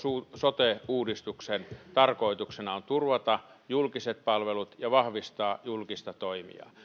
sote uudistuksen tarkoituksena on turvata julkiset palvelut ja vahvistaa julkista toimijaa